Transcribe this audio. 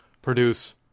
Produce